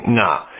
nah